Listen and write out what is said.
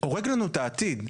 הורג לנו את העתיד.